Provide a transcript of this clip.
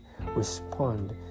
respond